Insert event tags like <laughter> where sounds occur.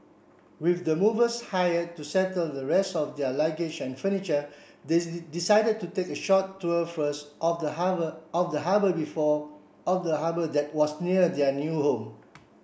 with the movers hired to settle the rest of their luggage and furniture they <unintelligible> decided to take a short tour first of the harbour of the harbour before of the harbour that was near their new home